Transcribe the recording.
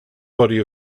body